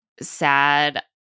sad